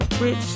rich